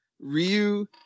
Ryu